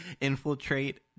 infiltrate